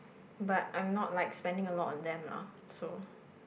but I'm not like spending a lot on them lah so